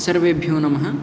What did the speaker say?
सर्वेभ्यो नमः